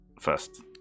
first